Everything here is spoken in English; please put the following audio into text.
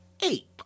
eight